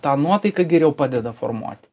tą nuotaiką geriau padeda formuoti